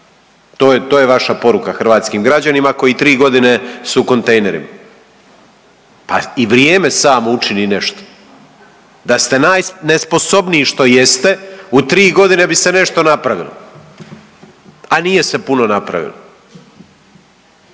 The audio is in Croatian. To je vaša poruka hrvatskim građanima koji tri godine su u kontejnerima. Pa i vrijeme samo učini nešto. Da ste najnesposobniji što i jeste u tri godine bi se nešto napravilo, a nije se puno napravilo.